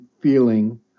feeling